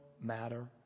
matter